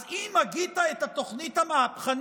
אז אם הגית את התוכנית המהפכנית,